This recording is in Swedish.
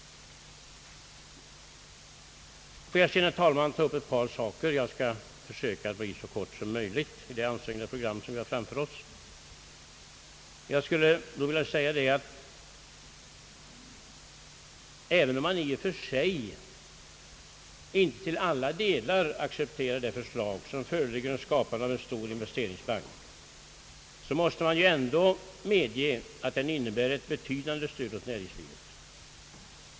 Låt mig sedan, herr talman, ta upp ett par saker. Jag skall försöka bli så kortfattad som möjligt med hänsyn till det ansträngande program som vi har framför oss. Jag skulle då vilja säga att även om man i och för sig inte till alla delar accepterar det förslag om skapandet av en stor investeringsbank som föreligger, så måste man medge att hbanken innebär ett betydande stöd åt näringslivet.